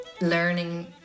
Learning